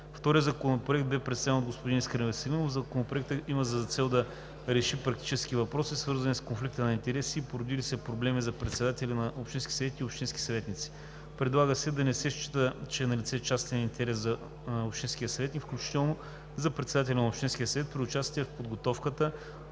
Вторият законопроект бе представен от господин Искрен Веселинов. Законопроектът има за цел да реши практически въпроси, свързани с конфликта на интереси и породили се проблеми за председатели на общински съвети и общински съветници. Предлага се да не се счита, че е налице частен интерес за общинския съветник, включително за председателя на общинския съвет, при участие в подготовката,